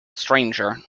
stranger